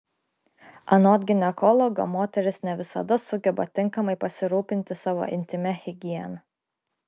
anot ginekologo moterys ne visada sugeba tinkamai pasirūpinti savo intymia higiena